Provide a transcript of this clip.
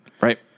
Right